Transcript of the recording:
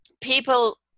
people